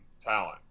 talent